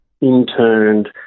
interned